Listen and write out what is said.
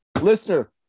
Listener